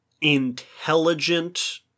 intelligent